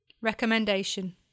Recommendation